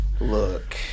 Look